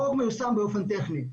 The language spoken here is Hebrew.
החוק מיושם באופן טכני,